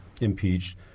impeached –